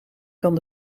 kan